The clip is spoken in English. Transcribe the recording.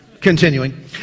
continuing